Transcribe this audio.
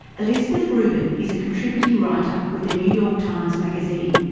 elizabeth rubin is a contributing writer with the new york times magazine,